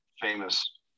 famous